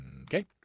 Okay